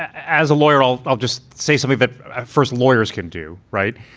ah as a lawyer, i'll i'll just say something that first lawyers can do. right.